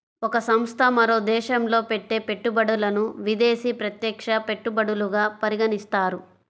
ఒక సంస్థ మరో దేశంలో పెట్టే పెట్టుబడులను విదేశీ ప్రత్యక్ష పెట్టుబడులుగా పరిగణిస్తారు